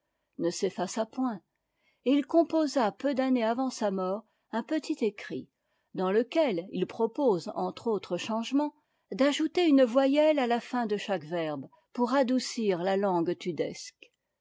ne s'effaça point et il composa peu d'années avant sa mort un petit écrit dans lequel il propose entre autres changements d'ajouter une voyelle à la fin de chaque verbe pour adoucir la langue tudesque